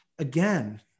Again